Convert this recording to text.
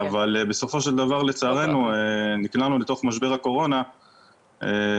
אבל בסופו של דבר לצערנו נקלענו לתוך משבר הקורונה --- לא,